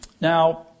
Now